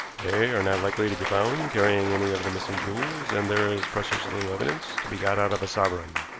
they are not likely to be found carrying any of the missing jewels, and there is precious little evidence to be got out of a sovereign.